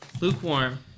lukewarm